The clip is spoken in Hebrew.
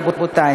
רבותי,